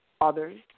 others